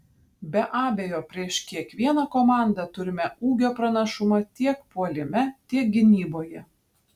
be abejo prieš kiekvieną komandą turime ūgio pranašumą tiek puolime tiek gynyboje